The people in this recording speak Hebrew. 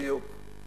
בדיוק.